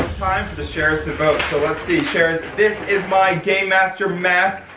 time for the sharers to vote, so let's see sharers. this is my game master mask,